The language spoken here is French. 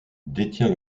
détient